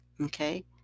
okay